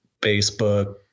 Facebook